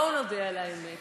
בואו נודה על האמת,